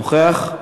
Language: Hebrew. נוכח?